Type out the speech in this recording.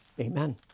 Amen